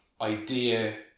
idea